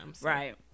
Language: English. right